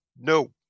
No